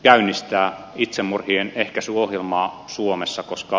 käynnistä itsemurhien ehkäisyohjelmaa suomessa koska